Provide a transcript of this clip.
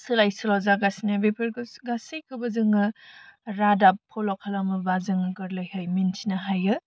सोलाय सोल' जागासिनो बेफोरखौ गासैखौबो जोङो रादाब फल' खालामोबा जों गोरलैहै मिथिनो हायो